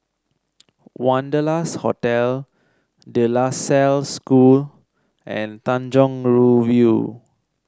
Wanderlust Hotel De La Salle School and Tanjong Rhu View